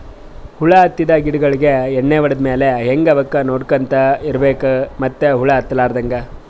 ಹುಳ ಹತ್ತಿದ್ ಗಿಡಗೋಳಿಗ್ ಎಣ್ಣಿ ಹೊಡದ್ ಮ್ಯಾಲ್ ಹಂಗೆ ಅವಕ್ಕ್ ನೋಡ್ಕೊಂತ್ ಇರ್ಬೆಕ್ ಮತ್ತ್ ಹುಳ ಹತ್ತಲಾರದಂಗ್